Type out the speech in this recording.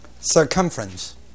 circumference